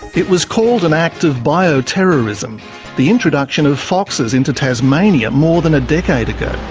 it was called an act of bioterrorism the introduction of foxes into tasmania more than a decade ago.